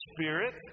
Spirit